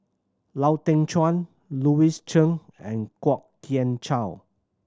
Lau Teng Chuan Louis Chen and Kwok Kian Chow